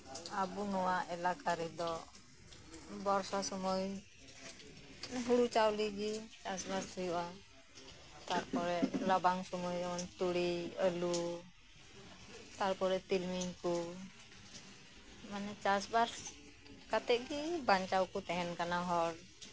ᱟᱵᱩ ᱱᱚᱣᱟ ᱮᱞᱟᱠᱟ ᱨᱮᱫᱚ ᱵᱚᱨᱥᱟ ᱥᱩᱢᱟᱹᱭ ᱦᱩᱲᱩ ᱪᱟᱣᱞᱤᱜᱮ ᱪᱟᱥᱵᱟᱥ ᱦᱩᱭᱩᱜ ᱼᱟ ᱛᱟᱨᱯᱚᱨᱮ ᱨᱟᱵᱟᱝ ᱥᱩᱢᱟᱹᱭ ᱡᱮᱢᱚᱱ ᱛᱩᱲᱤ ᱟᱹᱞᱩ ᱛᱟᱨᱯᱚᱨᱮ ᱛᱤᱞᱢᱤᱧᱠᱩ ᱢᱟᱱᱮ ᱪᱟᱥᱵᱟᱥ ᱠᱟᱛᱮᱜ ᱜᱤ ᱵᱟᱧᱪᱟᱣᱠᱩ ᱛᱟᱦᱮᱱ ᱠᱟᱱᱟ ᱦᱚᱲ